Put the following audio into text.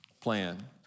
plan